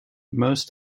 most